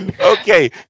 Okay